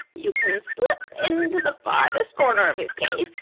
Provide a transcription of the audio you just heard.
you can slip into the farthest corner of his cave,